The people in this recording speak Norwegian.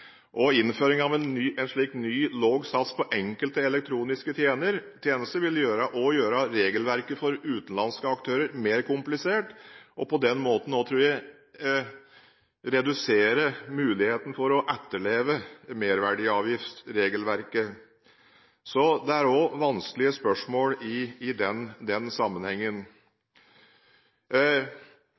Innføring av en slik ny, lav sats på enkelte elektroniske tjenester vil også gjøre regelverket for utenlandske aktører mer komplisert, og på den måten – tror jeg – redusere muligheten for å etterleve merverdiavgiftsregelverket. Så det er også vanskelige spørsmål i den sammenhengen. I